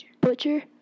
butcher